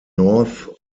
north